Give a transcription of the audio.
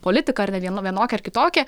politiką ar vienoką ar kitokią